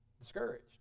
discouraged